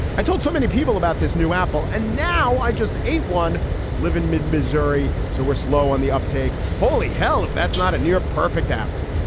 i told so many people about his new apple. and now i just eight one live in mid-missouri, so we're slow on the uptake. holy hell, if that's not a near perfect apple,